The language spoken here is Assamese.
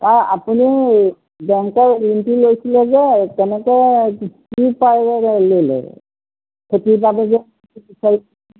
অঁ আপুনি বেংকৰ লোনটো লৈছিলে যে কেনেকৈ কি উপায়েৰে